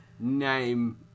Name